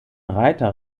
reiter